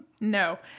No